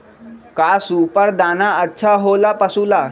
का सुपर दाना अच्छा हो ला पशु ला?